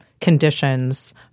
conditions